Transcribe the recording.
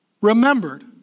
remembered